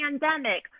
pandemic